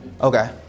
okay